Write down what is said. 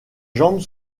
jambes